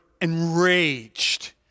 enraged